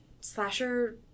slasher